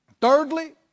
thirdly